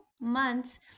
months